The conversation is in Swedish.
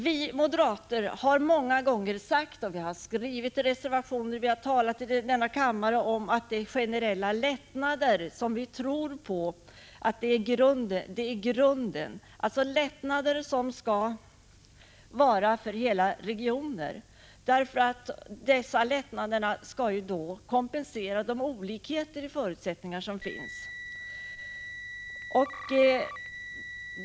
Vi moderater har många gånger sagt — vi har skrivit det i reservationer och vi har talat om det här i kammaren — att generella lättnader för hela regioner är grunden. De skall kompensera de olikheter i förutsättningar som finns.